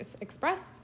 express